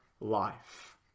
life